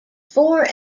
four